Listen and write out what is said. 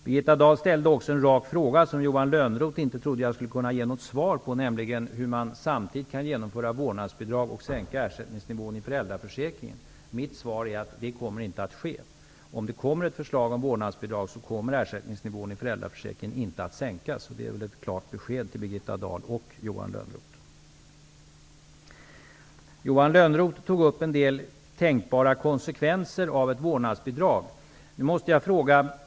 Birgitta Dahl ställde också en rak fråga som Johan Lönnroth inte trodde att jag skulle kunna ge något svar på, nämligen hur man samtidigt kan införa vårdnadsbidrag och sänka ersättningen i föräldraförsäkringen. Mitt svar är att detta inte kommer att ske. Om det läggs fram ett förslag om vårdnadsbidrag kommer ersättningsnivån i föräldraförsäkringen inte att sänkas. Det är ett klart besked, Birgitta Dahl och Johan Lönnroth. Johan Lönnroth berörde en del tänkbara konsekvenser av ett vårdnadsbidrag.